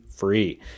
free